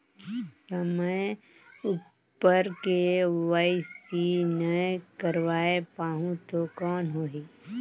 समय उपर के.वाई.सी नइ करवाय पाहुं तो कौन होही?